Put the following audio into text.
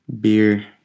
beer